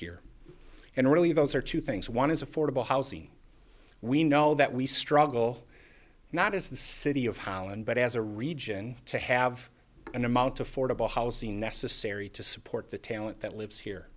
here and really those are two things one is affordable housing we know that we struggle not as the city of holland but as a region to have an amount affordable housing necessary to support the talent that lives here